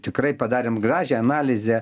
tikrai padarėm gražią analizę